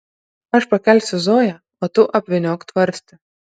aš pakelsiu zoją o tu apvyniok tvarstį